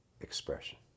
expression